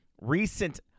recent